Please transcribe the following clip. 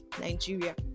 nigeria